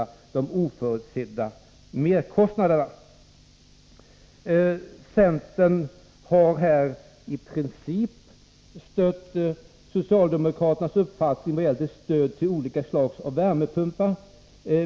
Vi har kunnat konstatera att ett sådant förfarande har praktiserats i många andra fall. Centern har här i princip stött socialdemokraternas uppfattning om stöd till olika slags värmepumpar.